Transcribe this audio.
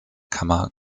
kammer